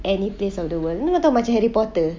any place of the world you [tau] macam harry potter